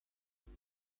used